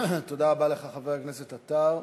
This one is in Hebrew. תודה רבה לך, חבר הכנסת עטר.